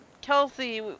Kelsey